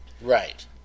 Right